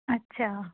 ਅੱਛਾ